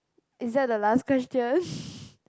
is that the last question